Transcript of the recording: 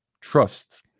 Trust